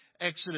Exodus